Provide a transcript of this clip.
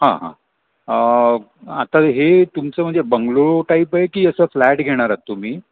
हां हां आता हे तुमचं म्हणजे बंगलो टाईप आहे की असं फ्लॅट घेणार आहात तुम्ही